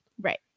right